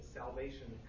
salvation